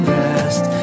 rest